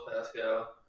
Pascal